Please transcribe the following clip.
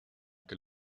que